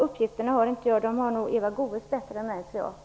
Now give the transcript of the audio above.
Uppgifterna om det har inte jag, men det har nog Eva Goes.